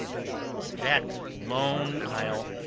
that lone isle,